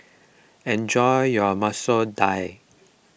enjoy your Masoor Dal